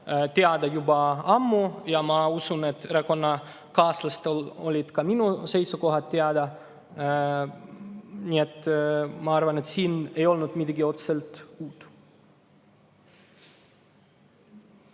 teada juba ammu, ja ma usun, et erakonnakaaslastele olid ka minu seisukohad teada. Nii et ma arvan, et siin ei olnud otseselt midagi uut.